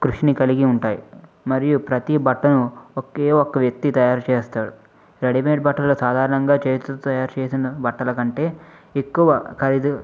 కృషిని కలిగి ఉంటాయి మరియు ప్రతి బట్టను ఒకే ఒక వ్యక్తి తయారు చేస్తాడు రెడీమేడ్ బట్టలు సాధారణంగా చేతితో తయారు చేసిన బట్టలు కంటే ఎక్కువ ఖరీదు